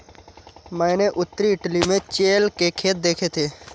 मैंने उत्तरी इटली में चेयल के खेत देखे थे